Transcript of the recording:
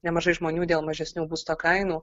nemažai žmonių dėl mažesnių būsto kainų